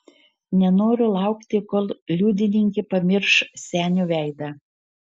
nenoriu laukti kol liudininkė pamirš senio veidą